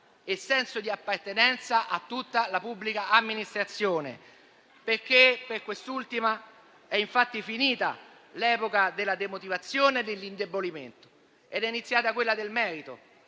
e senso di appartenenza a tutta la pubblica amministrazione: per quest'ultima è finita l'epoca della demotivazione e dell'indebolimento ed è iniziata quella del merito,